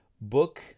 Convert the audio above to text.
book